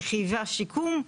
היא חייבה שיקום.